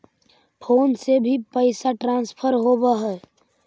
Phone से भी पैसा ट्रांसफर होवहै?